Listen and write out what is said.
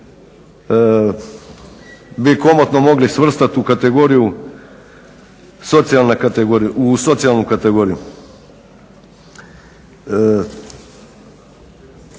bi komotno mogli svrstati u socijalnu kategoriju.